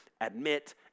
admit